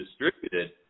distributed